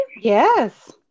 Yes